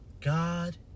God